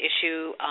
issue